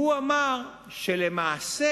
הוא אמר שלמעשה